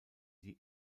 die